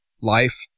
life